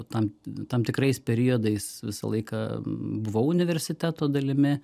tam tam tikrais periodais visą laiką buvau universiteto dalimi